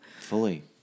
Fully